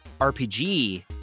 RPG